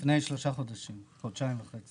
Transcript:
לפני חודשיים וחצי.